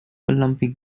olympic